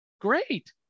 great